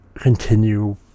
continue